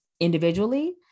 individually